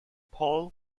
paul